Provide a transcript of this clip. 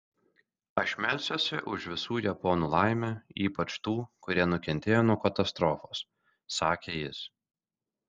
aš melsiuosi už visų japonų laimę ypač tų kurie nukentėjo nuo katastrofos sakė jis